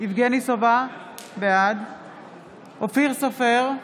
יבגני סובה, בעד אופיר סופר,